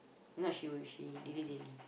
if not she would she dilly-dally